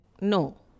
No